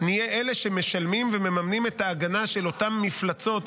אנחנו נהיה אלה שמשלמים ומממנים את ההגנה על אותן מפלצות,